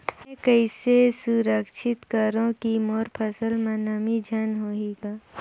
मैं कइसे सुरक्षित करो की मोर फसल म नमी झन होही ग?